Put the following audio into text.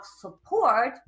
support